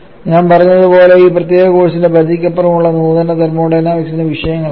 ഞാൻ പറഞ്ഞതുപോലെ ഈ പ്രത്യേക കോഴ്സിന്റെ പരിധിക്കപ്പുറമുള്ള നൂതന തെർമോഡൈനാമിക്സിന്റെ വിഷയങ്ങൾ ആകാം